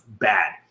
bad